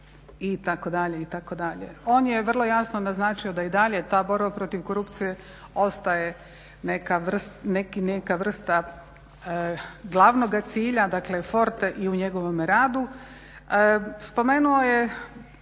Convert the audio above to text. itd., itd. On je vrlo jasno naznačio da i dalje ta borba protiv korupcije ostaje neka vrsta glavnoga cilja, dakle forte i u njegovome radu. Spomenuo je